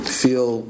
feel